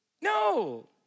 No